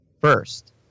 first